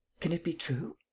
can it be true?